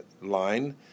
line